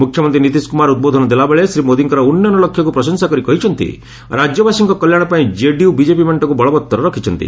ମୁଖ୍ୟମନ୍ତ୍ରୀ ନୀତିଶ କୁମାର ଉଦ୍ବୋଧନ ଦେଲାବେଳେ ଶ୍ରୀ ମୋଦିଙ୍କର ଉନ୍ନୟନ ଲକ୍ଷ୍ୟକୁ ପ୍ରଶଂସା କରି କହିଛନ୍ତି ରାଜ୍ୟବାସୀଙ୍କ କଲ୍ୟାଣ ପାଇଁ ଜେଡିୟୁ ବିଜେପି ମେଣ୍ଟକ୍ ବଳବତ୍ତର ରଖିଛନ୍ତି